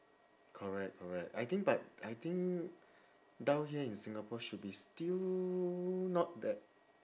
correct correct I think but I think down here in singapore should be still not that